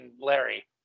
Larry